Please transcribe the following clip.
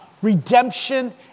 Redemption